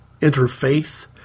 interfaith